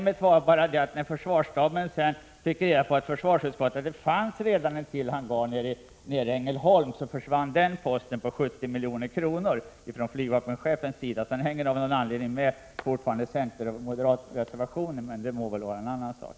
Men när staberna av försvarsutskottet fick reda på att det redan fanns ytterligare en hangar i Ängelholm försvann den posten på 70 milj.kr. Hangaren finns fortfarande med ekonomiskt i centerns och moderaternas reservation, men det må vara en annan sak.